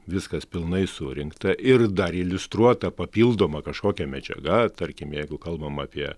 viskas pilnai surinkta ir dar iliustruota papildoma kažkokia medžiaga tarkim jeigu kalbam apie